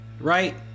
right